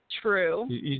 true